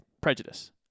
prejudice